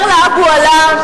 אומר לה אבו עלא: